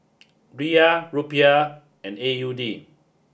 Riyal Rupiah and A U D